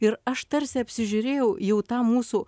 ir aš tarsi apsižiūrėjau jų tą mūsų